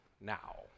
now